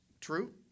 True